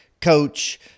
coach